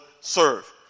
serve